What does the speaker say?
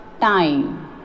time